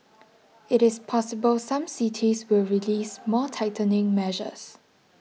it is possible some cities will release more tightening measures